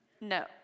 no